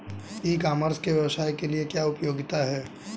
ई commerce के व्यवसाय के लिए क्या उपयोगिता है?